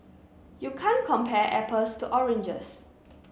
you can't compare apples to oranges